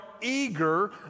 eager